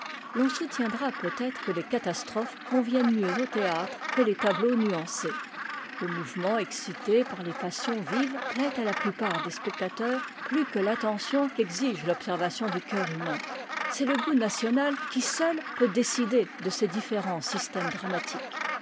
l'on soutiendra peut être que les catastrophes conviennent mieux au théâtre que les tableaux nuancés le mouvement excité par les passions vives ptatt à la plupart des spectateurs plus que l'attention qu'exige l'observation du cœur humain c'est le goût national qui seul peut décider de ces différents systèmes dramatiques